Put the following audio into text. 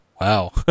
Wow